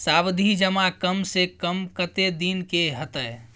सावधि जमा कम से कम कत्ते दिन के हते?